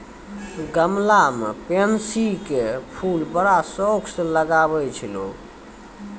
गमला मॅ पैन्सी के फूल बड़ा शौक स लगाय छै लोगॅ